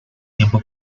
tiempo